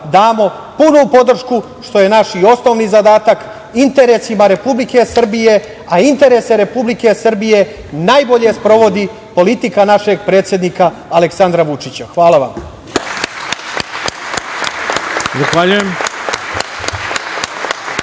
damo punu podršku, što je naš osnovni zadatak, interesima Republike Srbije, a interese Republike Srbije najbolje sprovodi politika našeg predsednika Aleksandra Vučića. Hvala vam. **Ivica